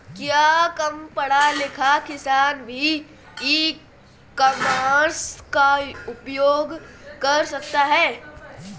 क्या कम पढ़ा लिखा किसान भी ई कॉमर्स का उपयोग कर सकता है?